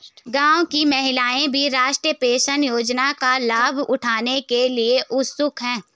गांव की महिलाएं भी राष्ट्रीय पेंशन योजना का लाभ उठाने के लिए उत्सुक हैं